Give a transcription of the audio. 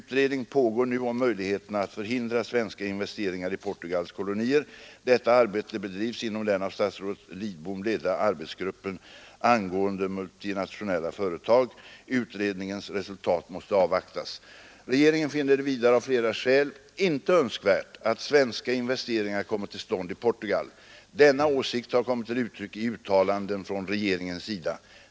Utredning pågår nu om möjligheterna att förhindra svenska investeringar i Portugals kolonier. Detta arbete bedrives inom den av statsrådet Lidbom ledda arbetsgruppen angående multinationella företag. Utredningens resultat måste avvaktas. Regeringen finner det vidare av flera skäl inte önskvärt att svenska investeringar kommer till stånd i Portugal. Denna åsikt har kommit till uttryck i uttalanden från regeringens sida.